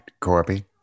Corby